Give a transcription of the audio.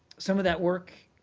some of that work